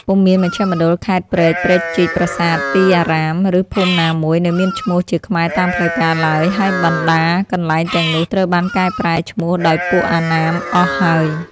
ពុំមានមជ្ឈមណ្ឌល ខេត្ត ព្រែក ព្រែកជីក ប្រាសាទ ទីអារ៉ាម ឬភូមិណាមួយ នៅមានឈ្មោះជាខ្មែរតាមផ្លូវការឡើយ ហើយបណ្តាកន្លែងទាំងនោះត្រូវបានកែប្រែឈ្មោះដោយពួកអណ្ណាមអស់ហើយ ។